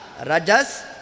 Rajas